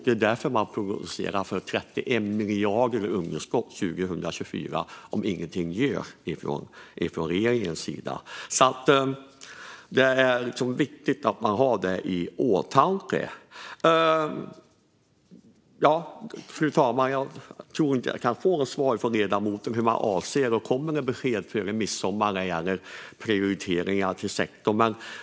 Det är därför man prognostiserar för 31 miljarder i underskott 2024 om inget görs från regeringens sida. Det är viktigt att ha det i åtanke. Fru talman! Jag tror inte att jag kan få svar från ledamoten om man avser att lämna besked före midsommar om prioriteringar till sektorn.